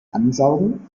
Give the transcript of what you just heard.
ansaugen